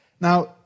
Now